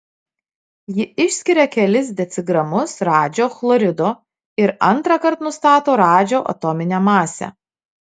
ji išskiria kelis decigramus radžio chlorido ir antrąkart nustato radžio atominę masę